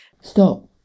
Stop